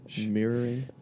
mirroring